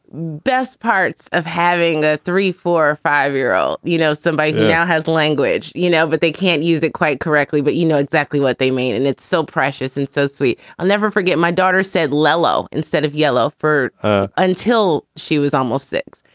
best parts of having a three, four or five year old, you know, somebody who yeah has language, you know, but they can't use it quite correctly but you know exactly what they mean. and it's so precious and so sweet i'll never forget my daughter, said lello, instead of yellow, for ah until she was almost six,